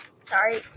Sorry